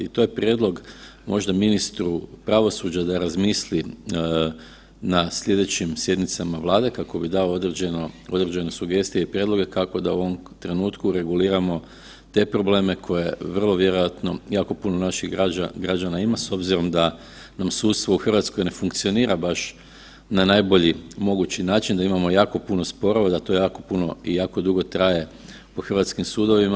To je prijedlog možda ministru pravosuđa da razmisli na slijedećim sjednicama Vlade kako bi dao određene sugestije i prijedloge kako da u ovom trenutku reguliramo te probleme koje vrlo vjerojatno jako puno naših građana ima s obzirom da sudstvo u RH ne funkcionira baš na najbolji mogući način, da imamo jako puno sporova i da to jako puno i jako dugo traje u hrvatskim sudovima.